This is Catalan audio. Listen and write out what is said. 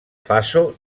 faso